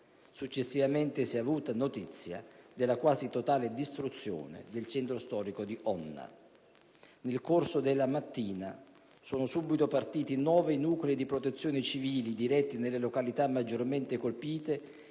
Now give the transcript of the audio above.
Successivamente si è avuta notizia della quasi totale distruzione del centro storico di Onna**.** Nel corso della mattina sono subito partiti nove nuclei di Protezione civile diretti nelle località maggiormente colpite